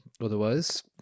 otherwise